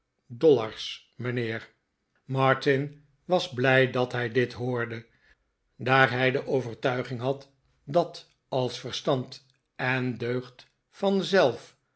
dollars mijnheer martin was blij dat hij dit hoorde daar hij de overtuiging had dat als verstand en deugd